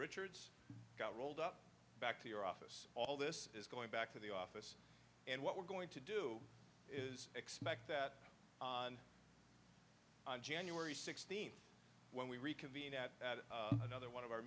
richards got rolled up back to your office all this is going back to the office and what we're going to do is expect that on january sixteenth when we reconvene at another one of our